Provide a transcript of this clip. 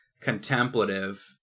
contemplative